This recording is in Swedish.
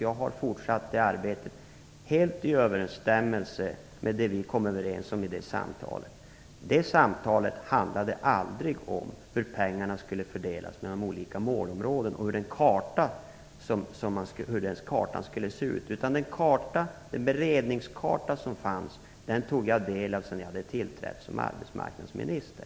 Jag har fortsatt det arbetet helt i överensstämmelse med vad vi kom överens om vid det samtalet. Det samtalet handlade inte om hur pengarna skulle fördelas inom olika målområden och hur kartan skulle se ut. Den beredningskarta som fanns tog jag del av sedan jag tillträtt som arbetsmarknadsminister.